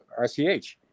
RCH